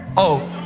oh.